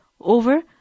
over